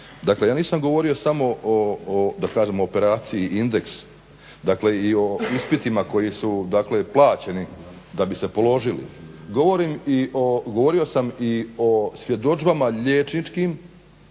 dakle ja nisam govorio samo o, da kažem operaciji "Indeks", dakle i o ispitima koji su, dakle plaćeni da bi se položili. Govorio sam i o svjedodžbama liječničkim